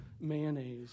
mayonnaise